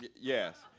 Yes